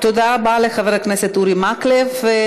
תודה רבה לחבר הכנסת אורי מקלב.